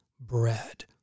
bread